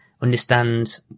understand